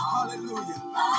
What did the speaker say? Hallelujah